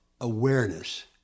awareness